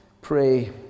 pray